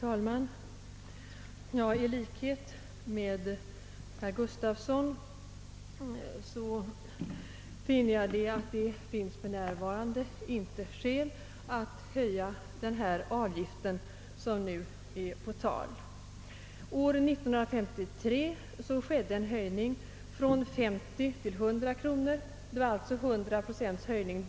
Herr talman! I likhet med herr Gustafsson i Borås finner jag att det för närvarande inte finns skäl att höja den avgift som vi nu diskuterar. År 1953 företogs en höjning från 50 till 100 kronor. Det var alltså en höjning med 100 procent.